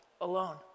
alone